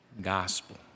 gospel